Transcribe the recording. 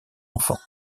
enfants